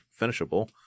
finishable